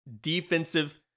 defensive